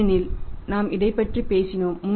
ஏனெனில் நாம் இதைப் பற்றி பேசினோம்